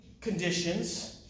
conditions